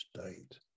state